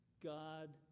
God